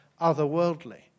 otherworldly